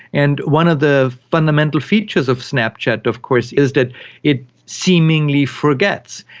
and one of the fundamental features of snapchat of course is that it seemingly forgets.